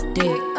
dick